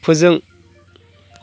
फोजों